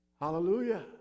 Hallelujah